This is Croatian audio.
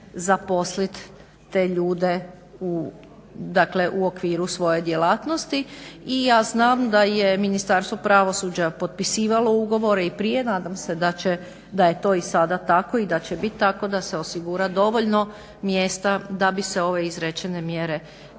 zaposlit te ljude u okviru svoje djelatnosti. I ja znam da je Ministarstvo pravosuđa potpisivalo ugovore i prije, nadam se da je to i sada tako i da će bit tako da se osigura dovoljno mjesta da bi se ove izrečene mjere mogle